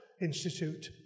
Institute